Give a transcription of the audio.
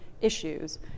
issues